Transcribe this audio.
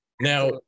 Now